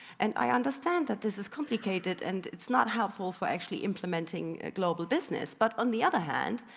and i understand that this is complicated and it's not helpful for actually implementing global business but on the other hand,